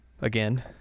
again